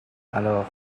alors